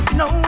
no